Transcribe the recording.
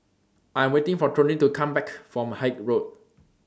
I Am waiting For Toney to Come Back from Haig Road